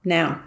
Now